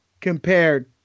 compared